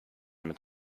mit